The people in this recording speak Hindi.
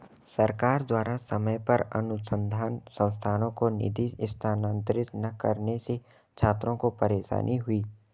सरकार द्वारा समय पर अनुसन्धान संस्थानों को निधि स्थानांतरित न करने से छात्रों को परेशानी हुई